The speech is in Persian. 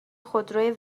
خودروی